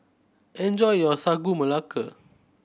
enjoy your Sagu Melaka